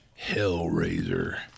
Hellraiser